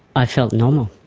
i felt normal.